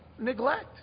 neglect